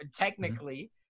technically